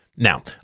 Now